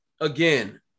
again